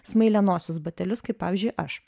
smailianosius batelius kaip pavyzdžiui aš